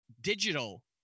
digital